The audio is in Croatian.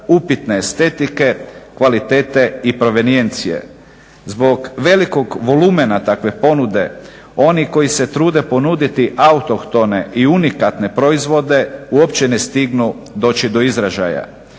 upitne estetike, kvalitete i provenijencije. Zbog velikog volumena takve ponude oni koji se trude ponuditi autohtone i unikatne proizvode uopće ne stignu doći do izražaja,